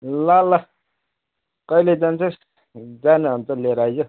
ल ल कहिले जान्छस् जा न अन्त लिएर आइज